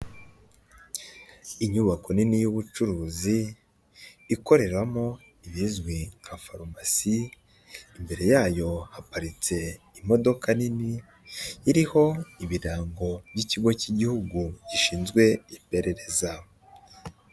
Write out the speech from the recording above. Inyubako nini y'ubucuruzi, ikoreramo ibizwi nka farumasi, imbere yayo haparitse imodoka nini, iriho ibirango by'ikigo cy'Igihugu gishinzwe iperereza.